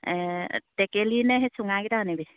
টেকেলি নে সেই চুঙাকেইটা আনিবি